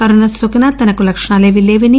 corona నోకినా తనకు లక్షణాలేమీ లేవని